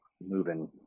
moving